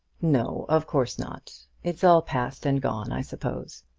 no of course not. it's all passed and gone, i suppose.